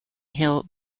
hill